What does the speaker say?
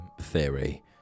Theory